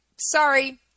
Sorry